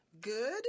good